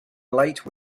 late